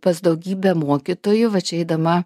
pas daugybę mokytojų va čia eidama